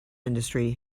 industry